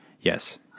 yes